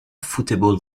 futebol